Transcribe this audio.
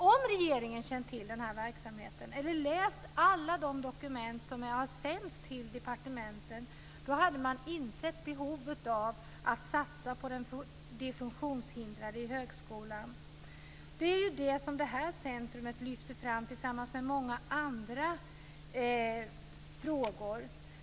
Om regeringen känt till denna verksamhet eller läst alla de dokument som har sänts till departementen hade man insett behovet av att satsa på de funktionshindrade i högskolan. Det är ju det som detta centrum lyfter fram, tillsammans med många andra frågor.